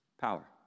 Power